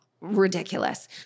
ridiculous